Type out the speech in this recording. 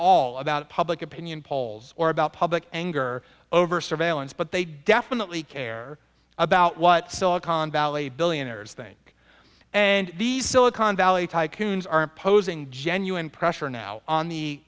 all about public opinion polls or about public anger over surveillance but they definitely care about what silicon valley billionaires think and the silicon valley tycoons are imposing genuine pressure now on the